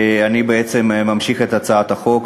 אני בעצם ממשיך עם הצעת החוק.